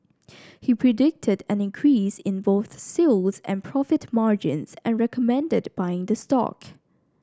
he predicted an increase in both sales and profit margins and recommended buying the stock